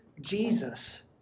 Jesus